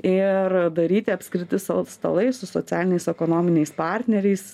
ir daryti apskriti stalai su socialiniais ekonominiais partneriais